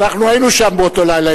אנחנו היינו שם באותו לילה,